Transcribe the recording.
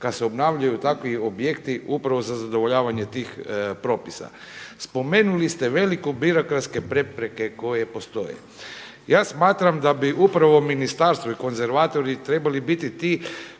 kad se obnavljaju takvi objekti upravo za zadovoljavanje tih propisa. Spomenuli ste velike birokratske prepreka koje postoje. Ja smatram da bi upravo ministarstvo i konzervatori trebali biti ti